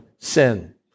sin